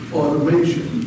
automation